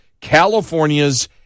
California's